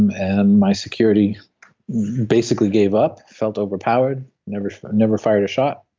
and my security basically gave up, felt overpowered, never never fired a shot,